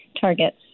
targets